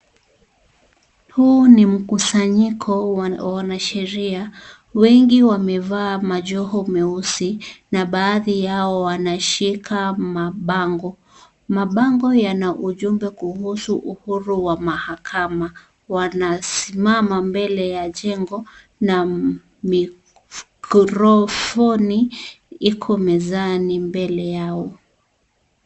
Huu ni mkusanyiko wa wanasheria. Wengi wamevaa majoho meusi na baadhi yao wanashika mabango. Mabango yana ujumbe kuhusu uhuru wa mahakama. Wanasimama mbele ya jengo na mikrofoni iko mezani mbele yao.